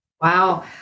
Wow